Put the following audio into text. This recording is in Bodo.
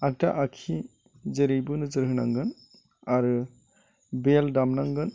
आग्दा आगसि जेरैबो नोजोर होनांगोन आरो बेल दामनांगोन